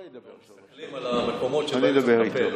מסתכלים על המקומות שבהם צריך לטפל,